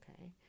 okay